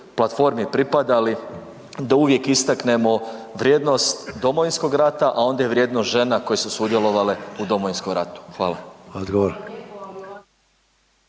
platformi pripadali, da uvijek istaknemo vrijednost Domovinskog rata, a onda i vrijednost žena koje su sudjelovale u Domovinskom ratu. Hvala.